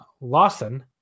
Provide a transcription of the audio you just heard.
Lawson